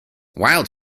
wild